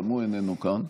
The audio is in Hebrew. גם הוא איננו כאן.